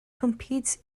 competes